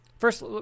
First